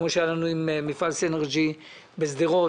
עם מפעל סינרג'י בשדרות,